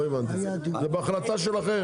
לא הבנתי, זאת החלטה שלכם.